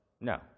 No